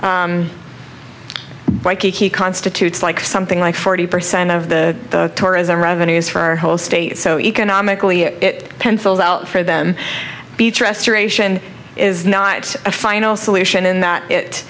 waikiki constitutes like something like forty percent of the tourism revenues for our whole state so economically it penciled out for them beach restoration is not a final solution in that it